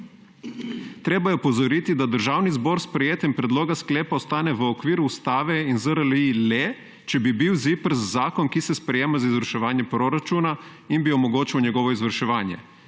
»Treba je opozoriti, da Državni zbor s sprejetim predlogom sklepa ostane v okviru Ustave in ZRLI le, če bi bil ZIPRS zakon, ki se sprejema z izvrševanjem proračuna in bi omogočal njegovo izvrševanje.«